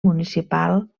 municipal